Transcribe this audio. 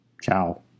Ciao